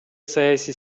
саясий